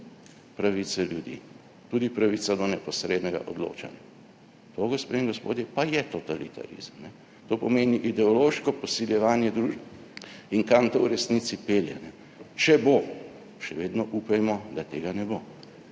pravice ljudi, tudi pravica do neposrednega odločanja. To, gospe in gospodje, pa je totalitarizem, to pomeni ideološko posiljevanje družbe. In kam to v resnici pelje, če bo še vedno upajmo, da tega ne bo.